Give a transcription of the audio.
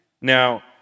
Now